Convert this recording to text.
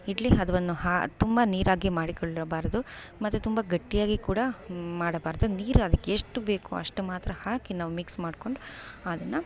ಇಡ್ಲಿ ಹದವನ್ನು ಹಾ ತುಂಬ ನೀರಾಗಿ ಮಾಡಿಕೊಳ್ಳಬಾರದು ಮತ್ತು ತುಂಬ ಗಟ್ಟಿಯಾಗಿ ಕೂಡ ಮಾಡಬಾರದು ನೀರು ಅದಕ್ಕೆಷ್ಟು ಬೇಕೋ ಅಷ್ಟು ಮಾತ್ರ ಹಾಕಿ ನಾವು ಮಿಕ್ಸ್ ಮಾಡಿಕೊಂಡು ಅದನ್ನು